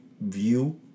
view